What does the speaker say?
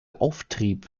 auftrieb